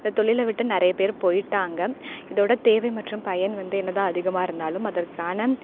இந்த தொழில விட்டு நிறைய பேர் போய்விட்டாங்க இதோட தேவை மற்றும் பயன் வந்து என்னதான் அதிகமாக இருந்தாலும் அதற்கான